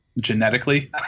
genetically